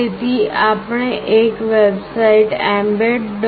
તેથી આપણે એક વેબસાઇટ mbed